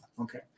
Okay